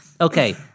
Okay